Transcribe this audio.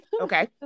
okay